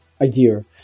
idea